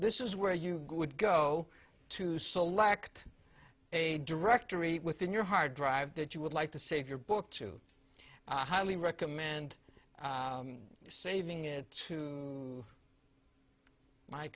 this is where you would go to select a directory within your hard drive that you would like to save your book to i highly recommend saving it to my